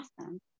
awesome